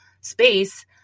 space